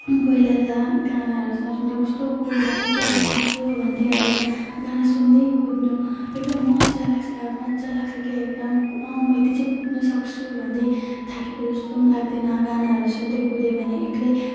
पहिला त गानाहरू नसुन्दा कस्तो कोडी लाग्थ्यो क्या अब थाक्यो भन्थ्यो अहिले त गाना सुन्दै कुद्नु एकदम मजा लाग्छ अब मजा लाग्छ कि यो काम अँ म यति चाहिँ कुद्नसक्छु भन्दै थाकेको जस्तो पनि लाग्दैन गानाहरू सुन्दै कुद्यो भने एक्लै